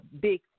big